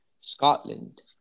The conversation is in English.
Scotland